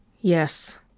Yes